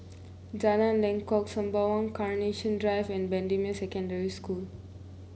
Jalan Lengkok Sembawang Carnation Drive and Bendemeer Secondary School